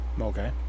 Okay